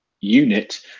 unit